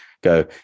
go